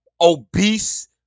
obese